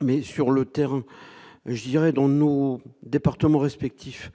mais sur le terrain, je dirais dans le nous département respectif,